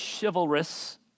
chivalrous